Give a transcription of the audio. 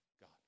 God